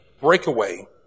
Breakaway